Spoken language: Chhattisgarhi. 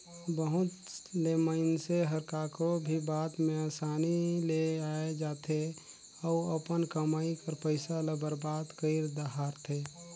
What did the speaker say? बहुत ले मइनसे हर काकरो भी बात में असानी ले आए जाथे अउ अपन कमई कर पइसा ल बरबाद कइर धारथे